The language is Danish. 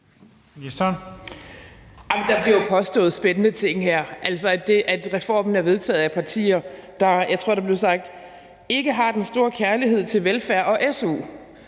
Der bliver jo påstået spændende ting her, altså det, at reformen er vedtaget af partier, der ikke har den store kærlighed til velfærd og su,